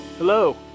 Hello